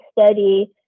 study